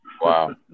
Wow